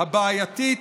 הבעייתית,